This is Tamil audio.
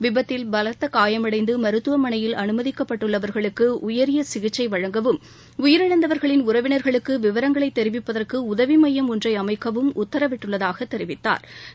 விபத்தில் பலத்த காயமடைந்து மருத்துவமனையில் அனுமதிக்கப்பட்டுள்ளவர்களுக்கு உயரிய சிகிச்சை வழங்கவும் உயிரிழந்தவர்களின் உறவினா்களுக்கு விவரங்களை தெரிவிப்பதற்கு உதவி மையம் ஒன்றை அமைக்கவும் உத்தரவிட்டுள்ளதாக தெரிவித்தாா்